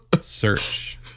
search